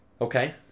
Okay